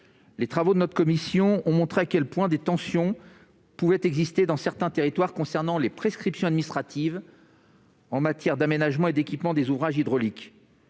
Les travaux de notre commission ont montré à quel point des tensions pouvaient exister dans certains territoires au sujet des prescriptions administratives en matière d'aménagement et d'équipement des ouvrages hydrauliques.